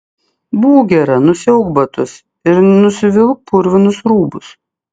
būk gera nusiauk batus ir nusivilk purvinus rūbus